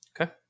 Okay